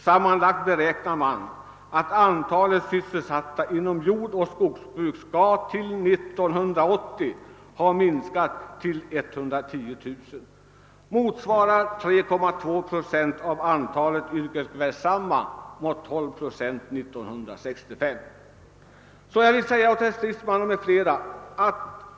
Sammanlagt beräknar man att antalet sysselsatta inom jordoch skogsbruk till 1980 skall ha minskat till 110 000. Det motsvarar 3,2 procent av antalet yrkesverksamma mot 12 procent 1965.